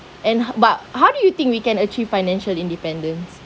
and how but how do you think we can achieve financial independence